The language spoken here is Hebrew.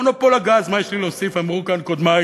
מונופול הגז, מה יש לי להוסיף, אמרו כאן קודמי,